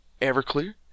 Everclear